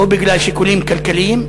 או בגלל שיקולים כלכליים.